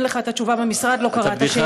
לך את התשובה במשרד לא קרא את השאילתה לפני.